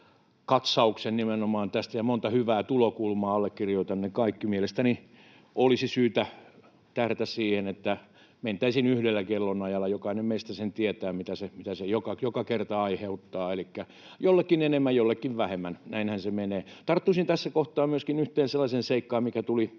katsauksen nimenomaan tästä, ja hänellä oli monta hyvää tulokulmaa, allekirjoitan ne kaikki. Mielestäni olisi syytä tähdätä siihen, että mentäisiin yhdellä kel-lonajalla. Jokainen meistä sen tietää, mitä se joka kerta aiheuttaa — jollekin enemmän, jollekin vähemmän, näinhän se menee. Tarttuisin tässä kohtaa myöskin yhteen sellaisen seikkaan,